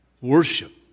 worship